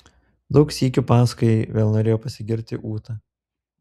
daug sykių pasakojai vėl norėjo pasigirti ūta